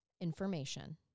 information